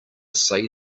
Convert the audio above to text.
say